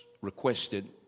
requested